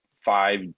five